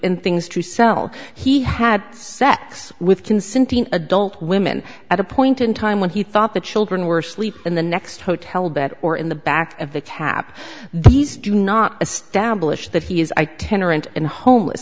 in things to sell he had sex with consenting adult women at a point in time when he thought the children were asleep in the next hotel bed or in the back of the cap these do not a stablished that he is i tender and in homeless